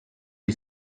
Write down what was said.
you